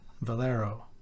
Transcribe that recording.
Valero